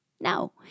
No